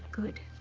good,